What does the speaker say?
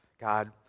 God